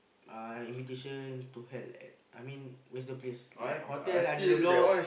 uh invitation to held at I mean where's the place like hotel under the block